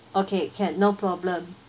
okay can no problem